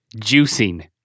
Juicing